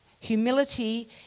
Humility